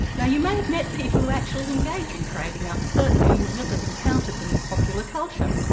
now you may have met people who actually engage in trading up, certainly you will have encountered them in popular culture.